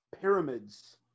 pyramids